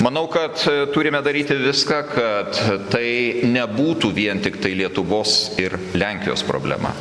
manau kad turime daryti viską kad tai nebūtų vien tiktai lietuvos ir lenkijos problema